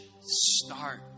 start